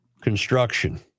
construction